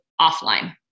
offline